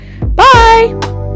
Bye